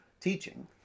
teaching